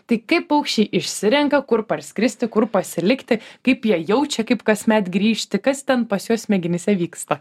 tik kaip paukščiai išsirenka kur parskristi kur pasilikti kaip jie jaučia kaip kasmet grįžti kas ten pas juos smegenyse vyksta